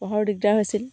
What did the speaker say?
পঢ়াৰ দিগদাৰ হৈছিল